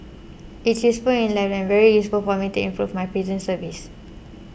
it's useful in life and very useful for me to improve my prison service